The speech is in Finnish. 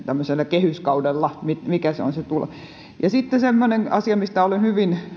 kehyskaudella mikä se on se tulo sitten semmoinen asia mistä olen hyvin